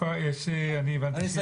אני הבנתי שיש.